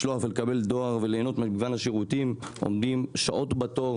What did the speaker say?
לשלוח ולקבל דואר וליהנות ממגוון השירותים עומדים שעות בתור,